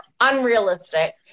unrealistic